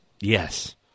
Yes